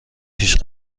پیش